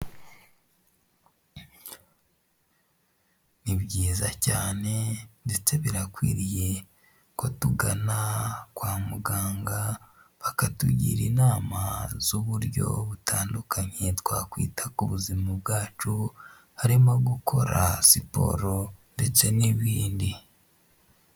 Ni byiza cyane ndetse birakwiriye ko tugana kwa muganga bakatugira inama z'uburyo butandukanye twakwita ku buzima bwacu harimo gukora siporo ndetse n'ibindi.